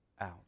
out